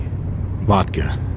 Vodka